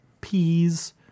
peas